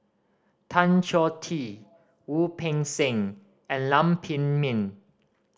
Tan Choh Tee Wu Peng Seng and Lam Pin Min